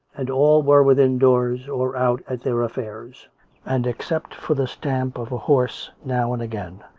and all were within doors or out at their affairs and except for the stamp of a horse now and again,